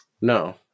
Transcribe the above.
No